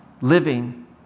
living